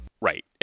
Right